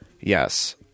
Yes